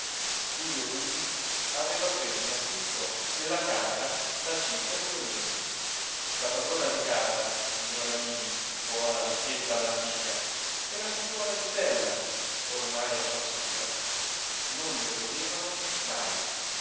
passeggiata tullio buti aveva preso in affitto quella camera da circa due mesi la padrona di casa signora nini buona vecchietta all'antica e la figliuola zitella ormai appassita non lo vedevano mai